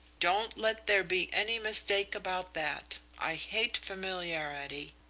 don't let there be any mistake about that. i hate familiarity.